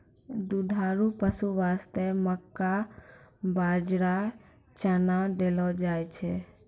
दुधारू पशु वास्तॅ मक्का, बाजरा, चना देलो जाय छै